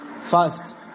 first